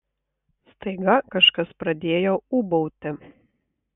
staiga kažkas pradėjo ūbauti